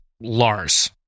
Lars